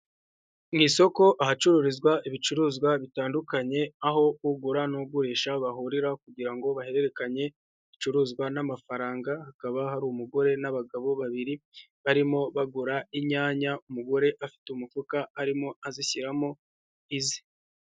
Mu isoko ahacururizwa ibicuruzwa bitandukanye, aho ugura n'ugurisha bahurira kugira ngo bahererekanye ibicuruzwa n'amafaranga, hakaba hari umugore n'abagabo babiri barimo bagura inyanya, umugore afite umufuka arimo azishyiramo ize.